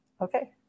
Okay